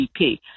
GDP